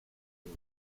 roi